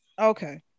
Okay